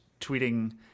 tweeting